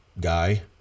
guy